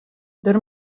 der